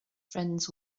friends